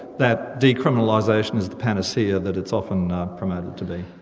that decriminalisation is the panacea that it's often promoted to be.